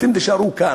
אתם תישארו כאן.